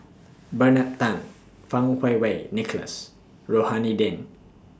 Bernard Tan Fang Kuo Wei Nicholas Rohani Din